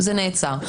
זה נעצר.